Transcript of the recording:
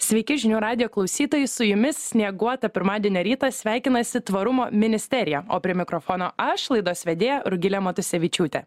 sveiki žinių radijo klausytojai su jumis snieguotą pirmadienio rytą sveikinasi tvarumo ministerija o prie mikrofono aš laidos vedėja rugilė matusevičiūtė